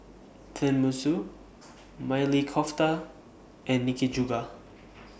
Tenmusu Maili Kofta and Nikujaga